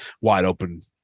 wide-open